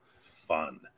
fun